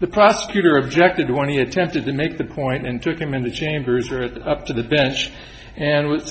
the prosecutor objected to any attempted to make the point and took him into chambers or it up to the bench and